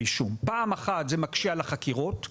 אישום: פעם אחת זה מקשה על החקירות,